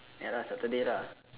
ya lah saturday lah